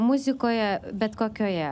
muzikoje bet kokioje